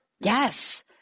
Yes